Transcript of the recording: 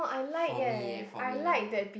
for me eh for me lah